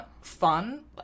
fun